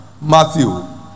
Matthew